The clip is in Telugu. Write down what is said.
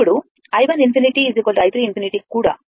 ఇప్పుడు i1∞ i3 ∞ కూడా